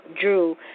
Drew